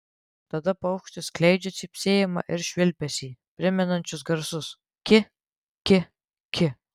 tada paukštis skleidžia cypsėjimą ir švilpesį primenančius garsus ki ki ki